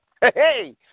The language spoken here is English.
Hey